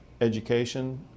education